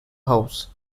house